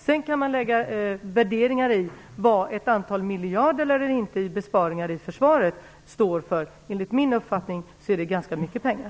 Sedan kan man lägga värderingar i tolkningen av vad ett antal miljarder i besparingar inom försvaret står för. Enligt min uppfattning är det ganska mycket pengar.